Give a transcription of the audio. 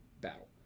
battle